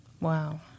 Wow